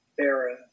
era